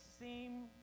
seem